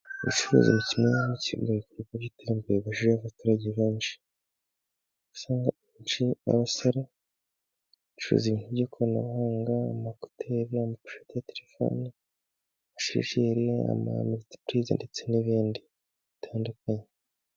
Ubucuruzi ni kimwe mu bikorwa by'iterambere, abaturage benshi usanga basacuruza ibikoresho by'ikoranabuhanga: amakoteri, telefoni, amasharijeri ndetse n'ibindi bitandukanye.